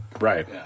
Right